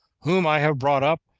whom i have brought up,